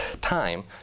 time